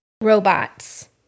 robots